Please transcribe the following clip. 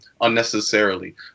unnecessarily